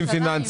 התקנות.